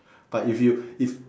but if you if